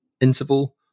interval